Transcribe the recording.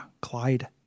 clyde